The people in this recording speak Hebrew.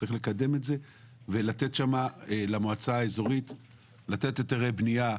צריך לקדם את זה ולתת למועצה האזורית שם היתרי בנייה,